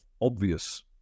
obvious